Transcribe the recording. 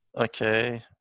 Okay